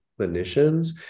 clinicians